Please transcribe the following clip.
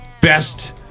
best